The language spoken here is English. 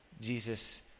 Jesus